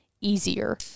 easier